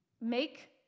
make